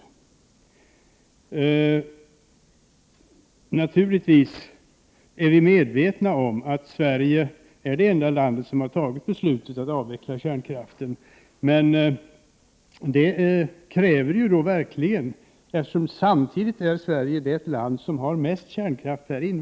8 maj 1989 Naturligtvis är vi medvetna om att Sverige är det enda land som fattat beslut om att avveckla kärnkraften. Det är ett radikalt och tappert beslut — det kan vi gärna hålla med om.